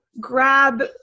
grab